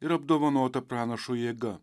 ir apdovanota pranašo jėga